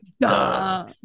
duh